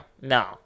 no